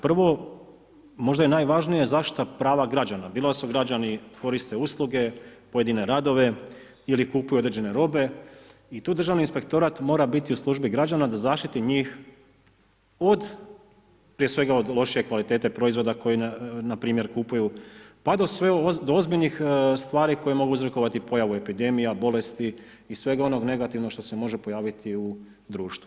Prvo, možda i najvažnije zaštita prava građana, bilo bilo da su građani koriste usluge, pojedine radove ili kupuju određene robe i tu državni inspektorat mora biti u službi građana da zaštiti njih od, prije svega od lošije kvalitete proizvoda koji npr. kupuju, pa do sve ozbiljnih stvari koje mogu uzrokovati pojavu epidemija, bolesti i svega onoga negativnog što se može pojaviti u društvu.